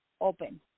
open